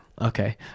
Okay